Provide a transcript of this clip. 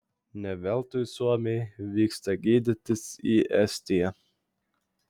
ne veltui suomiai vyksta gydytis į estiją